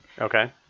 Okay